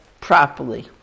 properly